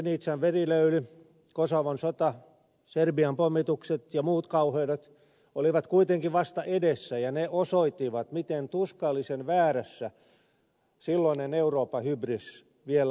srebrenican verilöyly kosovon sota serbian pommitukset ja muut kauheudet olivat kuitenkin vasta edessä ja ne osoittivat miten tuskallisen väärässä silloinen eurooppa hybris vielä oli